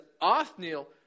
Othniel